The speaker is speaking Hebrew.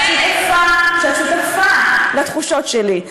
שאת שותפה לתחושות שלי.